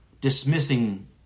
dismissing